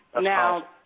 Now